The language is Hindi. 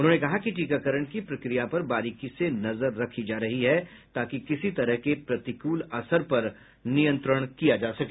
उन्होंने कहा कि टीकाकरण की प्रक्रिया पर बारीकी से नजर रखी जा रही है ताकि किसी तरह के प्रतिकूल असर पर नियंत्रण किया जा सके